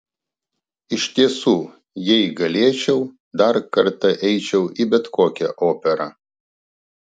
iš tiesų jei galėčiau dar kartą eičiau į bet kokią operą